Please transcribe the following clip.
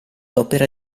opera